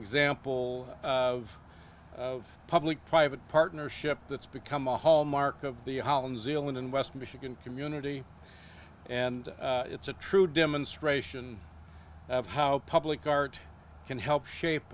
example of public private partnership that's become a hallmark of the holland zealand and west michigan community and it's a true demonstration of how public art can help shape